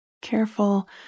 Careful